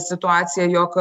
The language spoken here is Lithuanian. situaciją jog